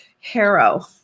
Harrow